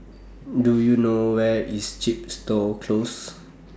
Do YOU know Where IS Chepstow Close